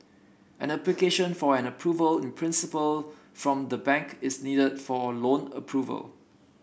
an application for an approval in principle from the bank is needed for loan approval